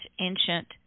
ancient